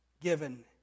given